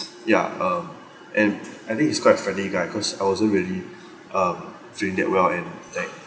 ya um and I think he's quite a friendly guy cause I wasn't really um feeling that well and like